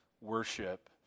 worship